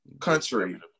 country